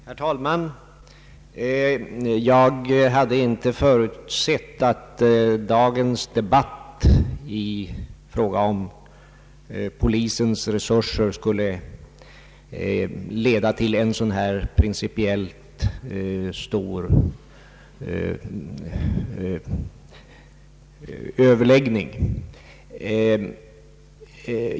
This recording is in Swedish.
Herr talman! Jag hade inte förutsett att dagens debatt om polisens resurser skulle leda till en så stor principiell överläggning.